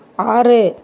ஆறு